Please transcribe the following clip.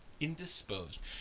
indisposed